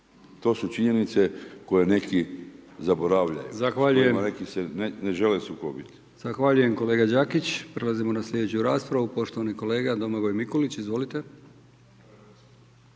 To su činjenice koje neki zaboravljaju, s kojima neki se ne žele sukobit. **Brkić, Milijan (HDZ)** Zahvaljujem kolega Đakić. Prelazimo na sljedeću raspravu. Poštovani kolega Domagoj Mikulić. Izvolite.